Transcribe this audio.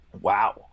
Wow